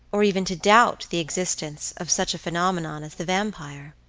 or even to doubt the existence of such a phenomenon as the vampire.